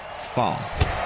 fast